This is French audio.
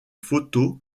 photos